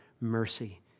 mercy